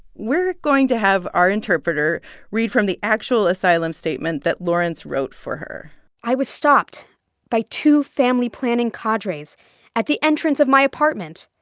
we're going to have our interpreter read from the actual asylum statement that lawrence wrote for her i was stopped by two family-planning cadres at the entrance of my apartment.